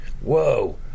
whoa